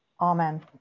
Amen